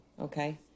Okay